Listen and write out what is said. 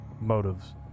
motives